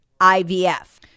IVF